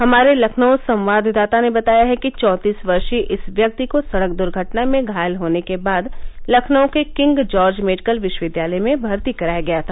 हमारे लखनऊ संवाददाता ने बताया है कि चाँतीस वर्षीय इस व्यक्ति को सडक दर्घटना में घायल होने के बाद लखनऊ के किंग जॉर्ज मेडिकल विश्वविद्यालय में भर्ती कराया गया था